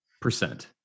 Percent